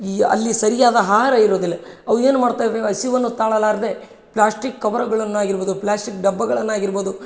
ಯ ಅಲ್ಲಿ ಸರಿಯಾದ ಆಹಾರ ಇರೋದಿಲ್ಲ ಅವು ಏನು ಮಾಡ್ತಾವೆ ಹಸಿವನ್ನು ತಾಳಲಾರದೆ ಪ್ಲಾಸ್ಟಿಕ್ ಕವರ್ಗಳನ್ನಾಗಿರ್ಬೋದು ಪ್ಲಾಸ್ಟಿಕ್ ಡಬ್ಬಗಳನ್ನಾಗಿರ್ಬೋದು